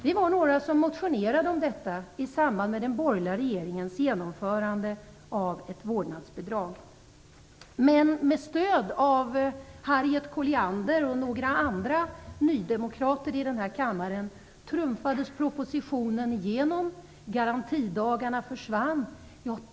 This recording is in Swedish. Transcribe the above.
Vi var några som motionerade om detta i samband med den borgerliga regeringens införande av ett vårdnadsbidrag. Men med stöd av Harriet Colliander och några andra nydemokrater i den här kammaren trumfades propositionen igenom, och garantidagarna försvann.